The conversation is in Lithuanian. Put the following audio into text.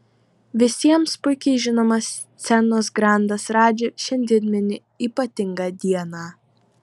visiems puikiai žinomas scenos grandas radži šiandien mini ypatingą dieną